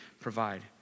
provide